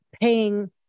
paying